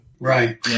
Right